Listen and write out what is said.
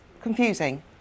confusing